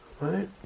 Right